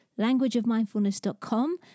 languageofmindfulness.com